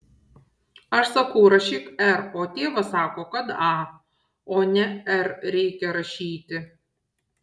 aš sakau rašyk r o tėvas sako kad a o ne r reikia rašyti